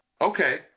okay